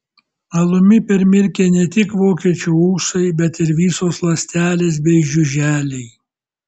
alumi permirkę ne tik vokiečio ūsai bet ir visos ląstelės bei žiuželiai